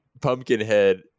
Pumpkinhead